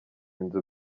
inzu